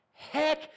Heck